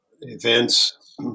events